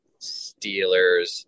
Steelers